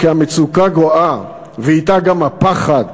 כי המצוקה גואה ואתה גם הפחד,